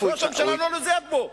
ראש הממשלה לא נוזף בו,